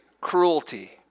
cruelty